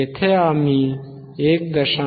येथे आम्ही 1